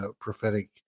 prophetic